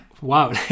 wow